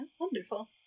Wonderful